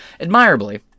admirably